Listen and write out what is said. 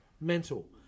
mental